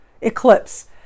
eclipse